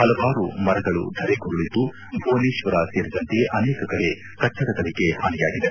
ಹಲವಾರು ಮರಗಳು ಧರೆಗುರುಳಿದ್ದು ಭುವನೇಶ್ವರ ಸೇರಿದಂತೆ ಅನೇಕ ಕಡೆ ಕಟ್ಟಡಗಳಿಗೆ ಹಾನಿಯಾಗಿದೆ